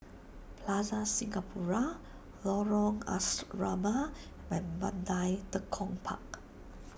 Plaza Singapura Lorong Asrama and Mandai Tekong Park